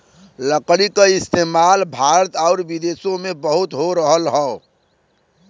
लकड़ी क इस्तेमाल भारत आउर विदेसो में बहुत हो रहल हौ